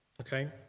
Okay